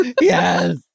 Yes